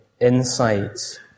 insights